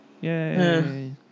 Yay